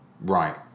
right